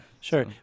Sure